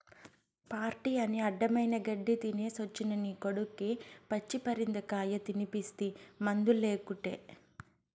party అని అడ్డమైన గెడ్డీ తినేసొచ్చిన నీ కొడుక్కి పచ్చి పరిందకాయ తినిపిస్తీ మందులేకుటే